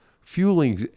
fueling